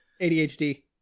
ADHD